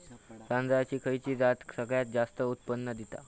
तांदळाची खयची जात सगळयात जास्त उत्पन्न दिता?